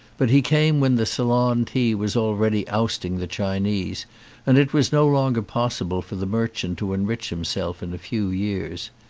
but he came when the ceylon tea was already ousting the chinese and it was no longer possible for the merchant to enrich himself in a few years.